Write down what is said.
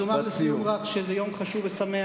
אומר לסיום רק שזה יום חשוב ושמח.